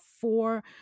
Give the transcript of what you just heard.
four